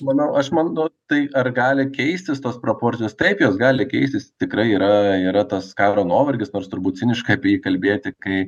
manau aš manau tai ar gali keistis tos proporcijos taip jos gali keistis tikrai yra yra tas karo nuovargis nors turbūt ciniška apie jį kalbėti kai